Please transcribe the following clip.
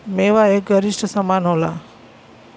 मेवा एक गरिश्ट समान होला